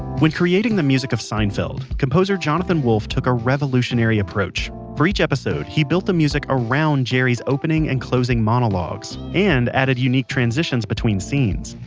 when creating the music of seinfeld, composer jonathan wolff took a revolutionary approach for each episode, he built the music around jerry's opening and closing monologues, and added unique transitions between scenes.